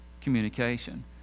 communication